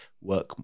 work